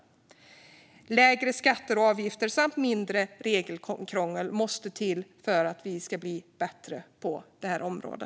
Lägre skatter och avgifter samt mindre regelkrångel måste till för att vi ska bli bättre på detta område.